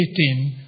18